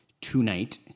tonight